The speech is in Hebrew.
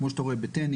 כמו שאתה רואה בטניס,